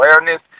awareness